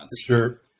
Sure